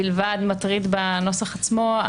רק אגיד שככל שה"בלבד" מטריד בנוסח עצמו,